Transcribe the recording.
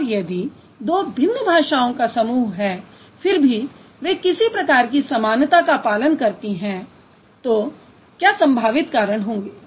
और यदि दो भिन्न भाषाओं का समूह है फिर भी वे किसी प्रकार की समानता का पालन करती हैं तो क्या संभावित कारण होंगे